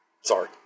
Sorry